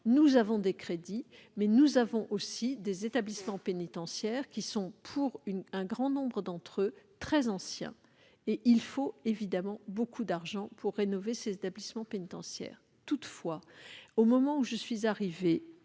Nous avons des crédits, mais nos établissements pénitentiaires sont, pour un grand nombre d'entre eux, très anciens : il faut évidemment beaucoup d'argent pour rénover ces établissements pénitentiaires. Or, au moment où je suis arrivée